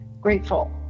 grateful